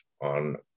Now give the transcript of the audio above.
on